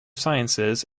sciences